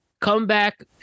comeback